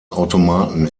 automaten